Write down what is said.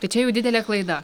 tai čia jau didelė klaida